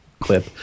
clip